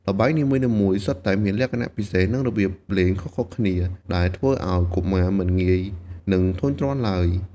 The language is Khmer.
ល្បែងនីមួយៗសុទ្ធតែមានលក្ខណៈពិសេស និងរបៀបលេងខុសៗគ្នា ដែលធ្វើឲ្យកុមារមិនងាយនឹងធុញទ្រាន់ឡើយ។